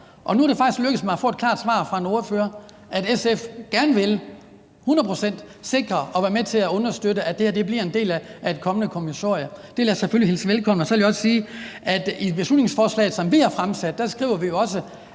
nu er det faktisk lykkedes mig at få et klart svar fra en ordfører på, at SF hundrede procent gerne vil sikre og være med til at understøtte, at det her bliver en del af et kommende kommissorie. Det vil jeg selvfølgelig hilse velkommen. Så vil jeg også sige, at i beslutningsforslaget, som vi har fremsat, skriver vi jo også,